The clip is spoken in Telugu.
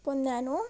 పొందాను